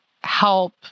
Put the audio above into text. help